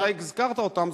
שאתה הזכרת אותם,